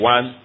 One